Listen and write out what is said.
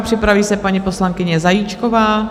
Připraví se paní poslankyně Zajíčková.